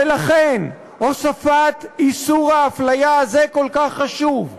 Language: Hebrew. ולכן הוספת איסור ההפליה הזה כל כך חשובה.